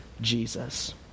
Jesus